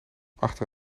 achter